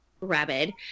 rabid